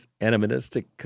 animistic